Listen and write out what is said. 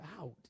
out